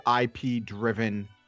IP-driven